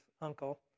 uncle